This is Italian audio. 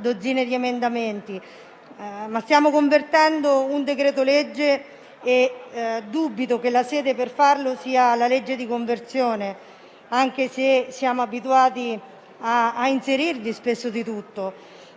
dozzine di emendamenti, ma stiamo convertendo un decreto-legge e dubito che la sede per farlo sia il disegno di legge di conversione, anche se siamo abituati spesso a inserirvi di tutto.